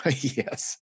Yes